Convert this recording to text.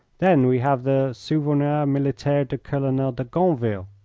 then we have the souvenirs militaires du colonel de gonneville,